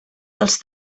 dels